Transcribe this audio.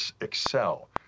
excel